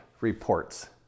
reports